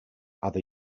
other